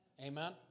Amen